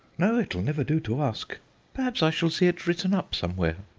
no, it'll never do to ask perhaps i shall see it written up somewhere